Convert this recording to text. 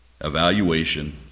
evaluation